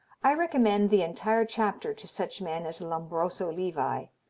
i recommend the entire chapter to such men as lombroso levi,